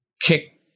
kick